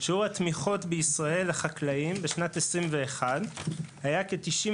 שיעור התמיכות בישראל לחקלאים בשנת 21 היה כ-91%,